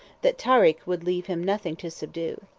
that tarik would leave him nothing to subdue.